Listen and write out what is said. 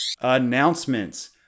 Announcements